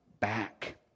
back